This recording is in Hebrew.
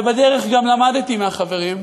ובדרך גם למדתי מהחברים,